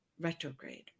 retrograde